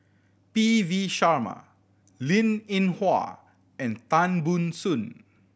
P V Sharma Linn In Hua and Tan Ban Soon